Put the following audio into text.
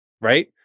right